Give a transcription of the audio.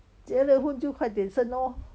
结了婚就快点咯 lor